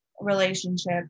relationship